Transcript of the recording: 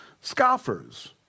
Scoffers